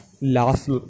Last